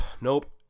Nope